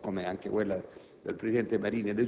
problema del *question time*.